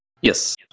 Yes